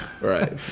Right